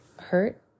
hurt